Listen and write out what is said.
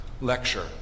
lecture